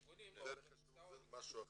הארגונים --- דרך השיווק זה משהו אחר,